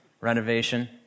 renovation